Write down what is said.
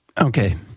Okay